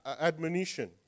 admonition